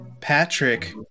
Patrick